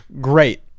great